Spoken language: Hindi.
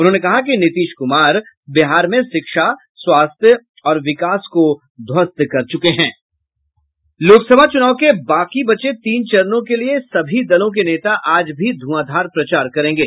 उन्होंने कहा कि नीतीश कुमार बिहार में शिक्षा स्वस्थ्य और विकास को ध्वस्त कर चुके हैं लोकसभा चुनाव के बाकी बचे तीन चरणों के लिए सभी दलों के नेता आज भी ध्रंआधार प्रचार करेंगे